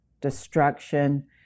destruction